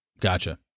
Gotcha